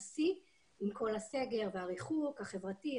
עם כל הסגר והריחוק החברתי,